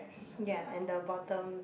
ya and the bottom